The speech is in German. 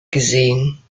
gesehen